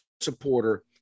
supporter